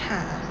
ha